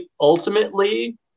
ultimately